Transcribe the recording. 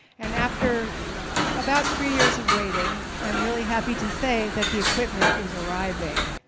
and after about three years of waiting, i'm really happy to say that the equipment is arriving.